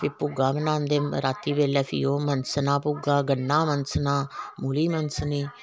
केंई भुग्गा मनांदे राती बेल्लै फिह् ओह् मनसना भुग्गा गन्ना मनसना मूली मनसनी